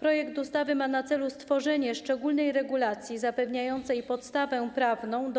Projekt ustawy ma na celu stworzenie szczególnej regulacji zapewniającej podstawę prawną